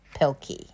Pilkey